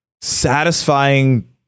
satisfying